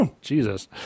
Jesus